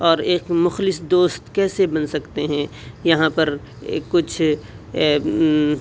اور ایک مخلص دوست کیسے بن سکتے ہیں یہاں پر کچھ